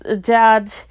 Dad